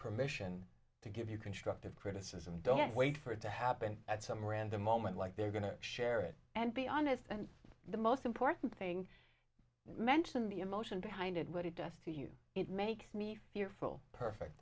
permission to give you constructive criticism don't wait for it to happen at some random moment like they're going to share it and be honest and the most important thing mentioned the emotion behind it what it does to you it makes me fearful perfect